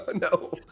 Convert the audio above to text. No